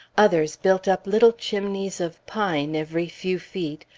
others built up little chimneys of pine every few feet,